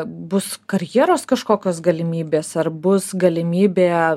bus karjeros kažkokios galimybės ar bus galimybė